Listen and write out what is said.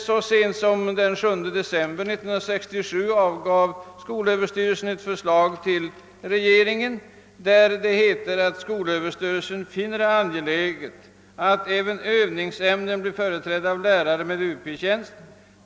Så sent som den 7 december 1967 avgav skolöverstyrelsen ett förslag till regeringen, som hade följande lydelse: »Skolöverstyrelsen finner det angeläget att även övningsämnen blir företrädda av lärare med Up-tjänst.